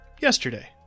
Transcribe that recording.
yesterday